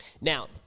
Now